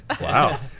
Wow